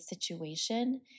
situation